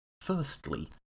firstly